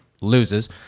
loses